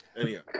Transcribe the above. Anyhow